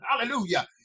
Hallelujah